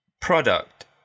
product